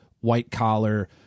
white-collar